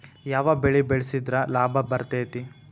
ಯಾವ ಬೆಳಿ ಬೆಳ್ಸಿದ್ರ ಲಾಭ ಬರತೇತಿ?